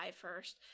first